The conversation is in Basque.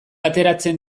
ateratzen